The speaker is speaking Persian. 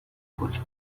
کلی